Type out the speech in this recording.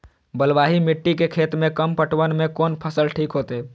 बलवाही मिट्टी के खेत में कम पटवन में कोन फसल ठीक होते?